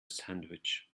sandwich